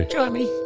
Johnny